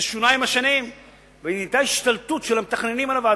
זה שונה עם השנים והיתה השתלטות של המתכננים על הוועדות,